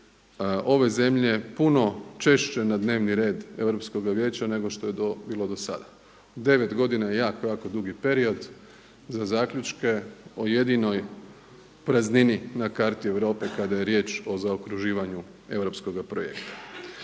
ove zemlje puno češće na dnevni red Europskoga vijeća nego što je to bilo do sada. Devet godina je jako, jako dugi period za zaključke o jedinoj praznini na karti Europe kada je riječ o zaokruživanju europskoga projekta.